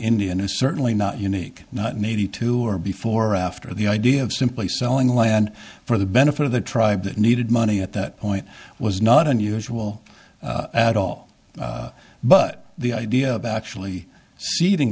indian is certainly not unique not maybe two or before after the idea of simply selling land for the benefit of the tribe that needed money at that point was not unusual at all but the idea of actually seeding